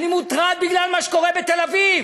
אני מוטרד בגלל מה שקורה בתל-אביב.